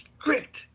strict